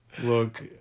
Look